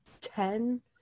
ten